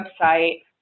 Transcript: website